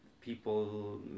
people